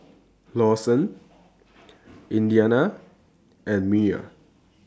Lawson Indiana and Myer